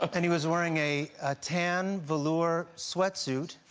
but and he was wearing a ah tan velour sweatsuit,